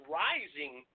rising